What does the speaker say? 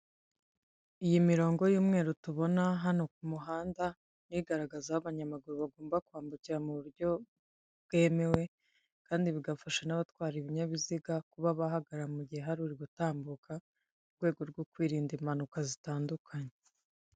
Iyi mirongo y'umweru tubona hano ku muhanda, ni igaragaza aho abanyamaguru bagomba kwambukira mu buryo bwemewe, kandi bigafasha n'abatwara ibinyabiziga kuba bahagarara, mu gihe hari uri gutambuka, mu rwego rwo kwirinda impanuka zitandukanye.